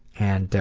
and,